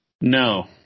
No